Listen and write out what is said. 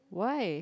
why